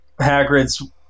Hagrid's